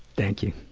thank you.